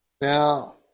now